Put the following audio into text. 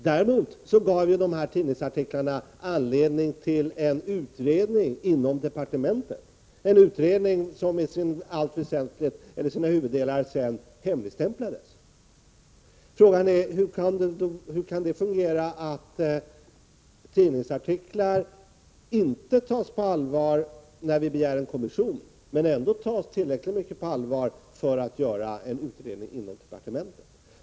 Däremot gav tidningsartiklarna anledning till en utredning inom departementet, en utredning som i sina huvuddelar sedan hemligstämplades. Hur kan det vara så att tidningsartiklar inte tas på allvar när vi begär att en kommission skall tillsättas, men ändå tas tillräckligt mycket på allvar för att man skall göra en utredning inom departementet?